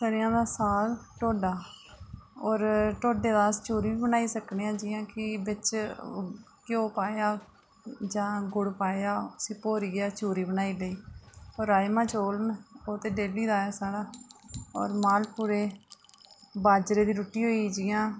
स'रेआं दा साग ढोडा ते ढोडे दा अस चूरी बी बनाई सकने आं जियां ढोडे बिच घ्यो पाया जां गुड़ बनाया ते उसी भोरियै चूरी बनाई लेई ते होर राजमां चौल न ओह् डेली दा ऐ साढ़ा होर मालपूड़े बाजरै दी रुट्टी होई जि'यां